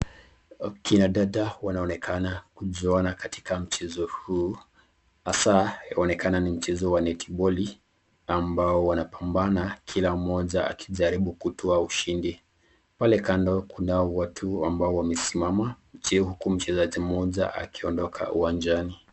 Kina dada wanaonekana kujuana katika mchezo huu, hasa yaonekana ni mchezo wa netiboli ambao wanapambana kila mmoja akijaribu kutoa ushindi. Pale kando kuna watu ambao wamesimama, je huku mchezaji mmoja akiondoka uwanjani.